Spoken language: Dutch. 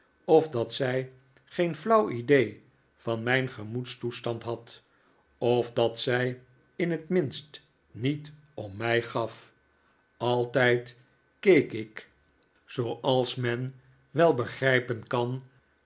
of dat zij geen flauw idee van mijn gemoedstoestand had of dat zij in het minst niet om mij gaf altijd keek ik zooals men wel begrijpen kan